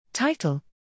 Title